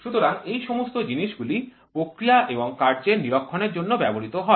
সুতরাং এই সমস্ত জিনিসগুলি প্রক্রিয়া এবং কার্যের নিরীক্ষণের জন্য ব্যবহৃত হয়